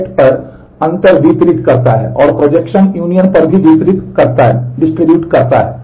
select करता है